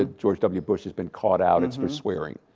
ah george w. bush has been caught out, it's for swearing.